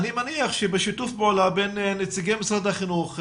אני מניח שבשיתוף פעולה בין נציגי משרד החינוך,